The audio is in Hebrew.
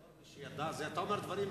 אתה אומר דברים,